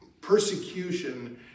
persecution